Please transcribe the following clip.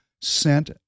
sent